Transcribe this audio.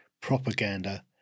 propaganda